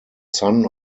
son